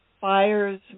Fires